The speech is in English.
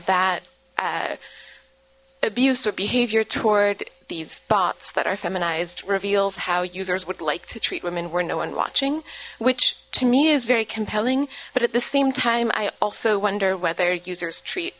that abuse or behavior toward these thoughts that are feminized reveals how users would like to treat women were no one watching which to me is very compelling but at the same time i also wonder whether users treat